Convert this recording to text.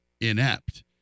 inept